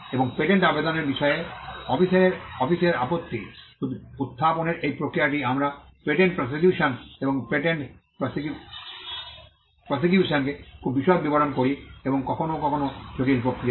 এবং পেটেন্ট আবেদনের বিষয়ে অফিসের আপত্তি উত্থাপনের এই প্রক্রিয়াটি আমরা পেটেন্ট প্রসিকিউশন এবং পেটেন্ট প্রসিকিউশনকে খুব বিশদ বিবরণ করি এবং কখনও কখনও জটিল প্রক্রিয়া